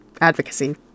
advocacy